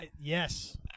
Yes